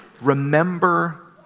remember